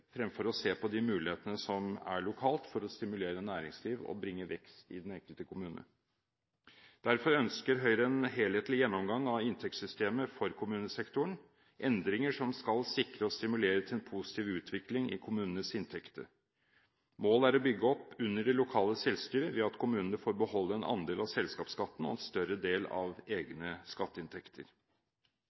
fremfor å se de mulighetene som er lokalt for å stimulere næringsliv og bringe vekst i den enkelte kommune. Derfor ønsker Høyre en helhetlig gjennomgang av inntektssystemet for kommunesektoren, endringer som skal sikre og stimulere til en positiv utvikling i kommunenes inntekter. Målet er å bygge opp under det lokale selvstyret ved at kommunene får beholde en andel av selskapsskatten og en større del av egne skatteinntekter.